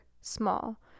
small